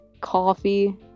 coffee